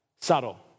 subtle